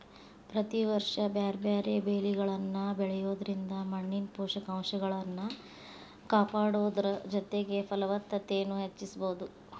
ಪ್ರತಿ ವರ್ಷ ಬ್ಯಾರ್ಬ್ಯಾರೇ ಬೇಲಿಗಳನ್ನ ಬೆಳಿಯೋದ್ರಿಂದ ಮಣ್ಣಿನ ಪೋಷಕಂಶಗಳನ್ನ ಕಾಪಾಡೋದರ ಜೊತೆಗೆ ಫಲವತ್ತತೆನು ಹೆಚ್ಚಿಸಬೋದು